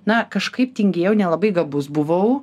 na kažkaip tingėjau nelabai gabus buvau